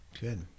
good